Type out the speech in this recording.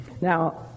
Now